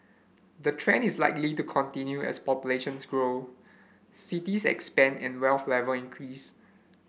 the trend is likely to continue as populations grow cities expand and wealth level increase